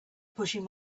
pushing